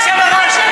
אדוני היושב-ראש,